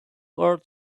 our